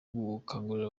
gukangurira